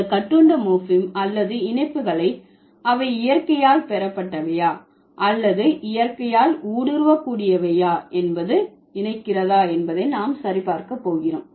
இந்த கட்டுண்ட மோர்பீம் அல்லது இணைப்புகளை அவை இயற்கையால் பெறப்பட்டவையா அல்லது இயற்கையால் ஊடுருவக்கூடியவையா என்பதை இணைக்கிறதா என்பதை நாம் சரிபார்க்கப் போகிறோம்